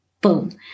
Boom